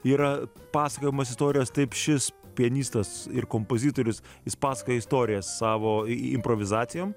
yra pasakojamos istorijas taip šis pianistas ir kompozitorius jis pasakoja istoriją savo improvizacijom